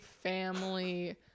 family